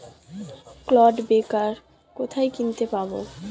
Clod breaker কোথায় কিনতে পাব?